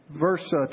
verse